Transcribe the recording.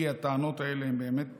כי הטענות האלה הן באמת במקומן,